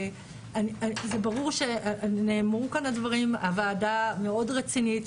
נאמרו כאן הדברים, הוועדה מאוד רצינית.